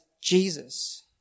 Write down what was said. Jesus